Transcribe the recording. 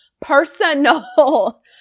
personal